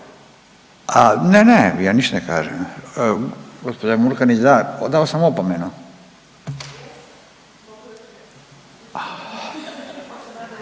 Ne, ne. Ja niš ne kažem. Gospođa Murganić. Da, dao sam opomenu.